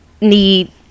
need